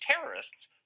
terrorists